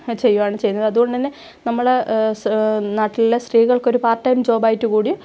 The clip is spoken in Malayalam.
ആ ചെയ്യുവാണ് ചെയ്യുന്നത് അതുകൊണ്ടു തന്നെ നമ്മള് സ് നാട്ടിലുള്ള സ്ത്രീകൾക്ക് ഒരു പാർട്ട് ടൈം ജോബ് ആയിട്ട് കൂടി